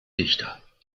dichter